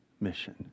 mission